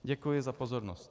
Děkuji za pozornost.